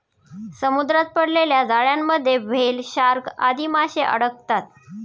समुद्रात पडलेल्या जाळ्यांमध्ये व्हेल, शार्क आदी माशे अडकतात